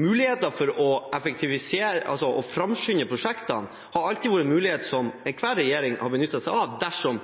Mulighetene for å framskynde prosjekter har alltid vært noe enhver regjering har benyttet seg av dersom